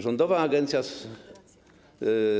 Rządowa Agencja